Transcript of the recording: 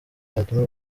cyatuma